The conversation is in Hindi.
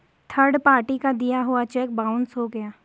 थर्ड पार्टी का दिया हुआ चेक बाउंस हो गया